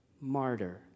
martyr